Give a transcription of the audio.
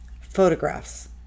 photographs